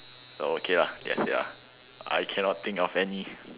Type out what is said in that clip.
okay lah that's it lah I cannot think of any